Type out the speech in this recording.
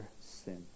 sin